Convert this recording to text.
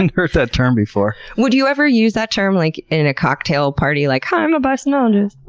and heard that term before. would you ever use that term, like, in a cocktail party, like, hi, i'm a bisonologist?